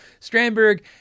Strandberg